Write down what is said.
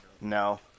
No